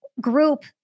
group